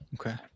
Okay